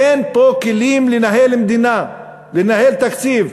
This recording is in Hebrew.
אין פה כלים לנהל מדינה, לנהל תקציב.